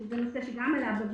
שזה גם נושא שעלה בוועדה,